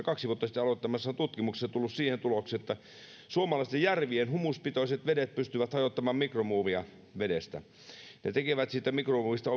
kaksi vuotta sitten aloittamassaan tutkimuksessa tullut siihen tulokseen että suomalaisten järvien humuspitoiset vedet pystyvät hajottamaan mikromuovia vedestä ja tekevät siitä mikromuovista